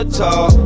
talk